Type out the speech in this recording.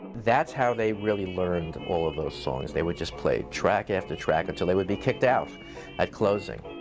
that's how they really learned all those songs. they would just play track after track until they would be kicked out at closing.